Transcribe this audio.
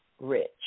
rich